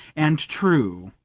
and true,